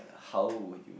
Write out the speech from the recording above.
how would you